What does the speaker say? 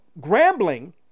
Grambling